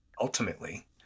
ultimately